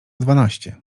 dwanaście